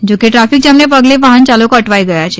જોકે ટ્રાફિકજામને પગલે વાહનચાલકો અટવાઇ ગયા છે